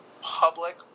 public